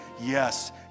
yes